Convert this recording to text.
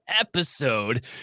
episode